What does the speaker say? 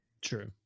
True